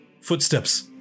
Footsteps